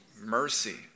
mercy